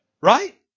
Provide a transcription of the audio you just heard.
Right